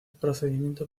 procedimiento